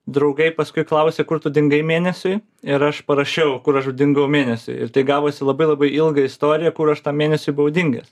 draugai paskui klausė kur tu dingai mėnesiui ir aš parašiau kur aš dingau mėnesiui ir tai gavosi labai labai ilga istorija kur aš tą mėnesį buvau dingęs